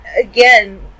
again